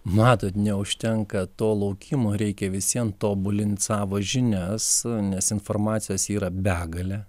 matot neužtenka to laukimo reikia visiem tobulint savo žinias nes informacijos yra begalė